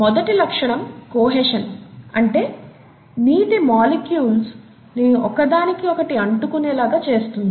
మొదటి లక్షణం కొహెషన్ అంటేనీటి మాలిక్యూల్స్ ని ఒకదానికి ఒకటి అంటుకునేలాగా చేస్తుంది